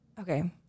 Okay